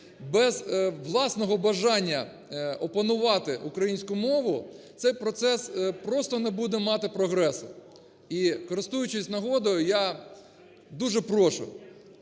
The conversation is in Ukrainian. без власного бажання опанувати українську мову цей процес просто не буде мати прогресу. І, користуючись нагодою, я дуже прошу